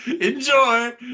enjoy